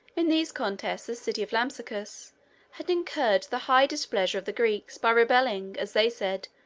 in these contests the city of lampsacus had incurred the high displeasure of the greeks by rebelling, as they said,